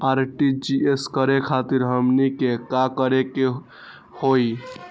RTGS करे खातीर हमनी के का करे के हो ई?